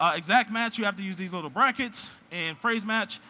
ah exact match you have to use these little brackets and phrase match,